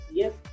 yes